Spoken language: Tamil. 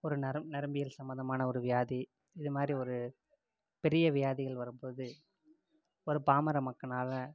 ஒரு நரம் நரம்பியல் சம்பந்தமான ஒரு வியாதி இது மாதிரி ஒரு பெரிய வியாதிகள் வரும்போது ஒரு பாமர மக்களால